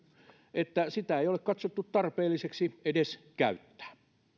että sitä ei ole katsottu tarpeelliseksi edes käyttää